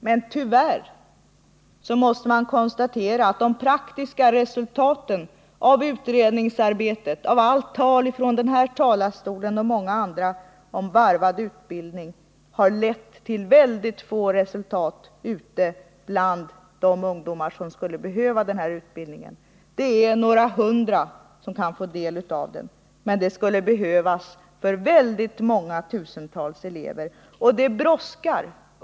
Men tyvärr måste man konstatera att utredningsarbetet och allt tal från denna talarstol och många andra om varvad utbildning har lett till väldigt få praktiska resultat för de ungdomar som skulle behöva denna utbildning. Det är några hundra som kan få del av den, men många tusental elever behöver den. Det brådskar.